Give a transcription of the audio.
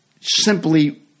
simply